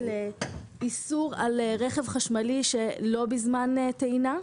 האיסור על רכב חשמלי שלא בזמן טעינה.